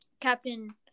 Captain